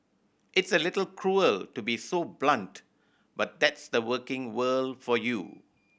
it's a little cruel to be so blunt but that's the working world for you